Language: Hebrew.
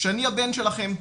שאני הבן שלכם,